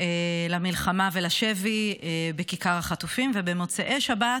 למלחמה ולשבי בכיכר החטופים, ובמוצאי שבת